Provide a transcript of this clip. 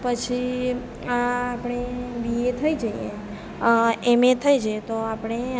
પછી આપણે બીએ થઈ જઈએ એમએ થઈ જઈએ તો આપણે